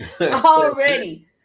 Already